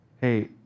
hey